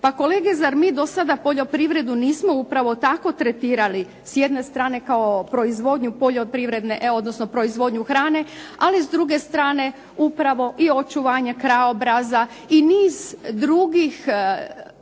Pa kolege, zar mi do sada poljoprivredu nismo upravo tako tretirali s jedne strane kao proizvodnju poljoprivredne, odnosno proizvodnju hrane. Ali s druge strane upravo i očuvanje krajobraza i niz drugih